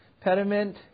pediment